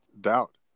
Doubt